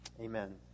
amen